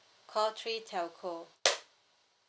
call three telco